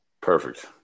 Perfect